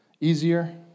easier